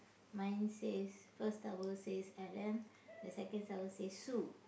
mine says first towel says L M the second towel says Sue